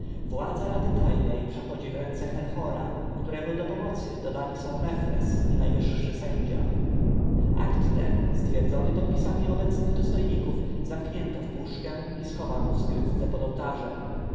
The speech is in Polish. władza rady tajnej przechodzi w ręce herhora któremu do pomocy dodani są mefres i najwyższy sędzia akt ten stwierdzony podpisami obecnych dostojników zamknięto w puszkę i schowano w